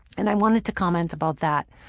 and i wanted to comment about that.